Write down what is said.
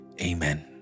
Amen